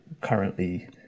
currently